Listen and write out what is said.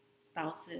spouses